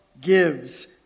gives